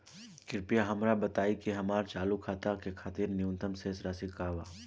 कृपया हमरा बताइ कि हमार चालू खाता के खातिर न्यूनतम शेष राशि का बा